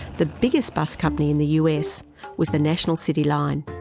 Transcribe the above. the biggest bus company in the us was the national city line.